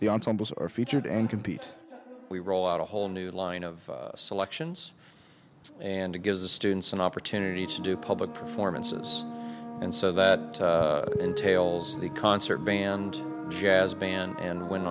the ensembles are featured and compete we roll out a whole new line of selections and to give the students an opportunity to do public performances and so that entails the concert band jazz band and wen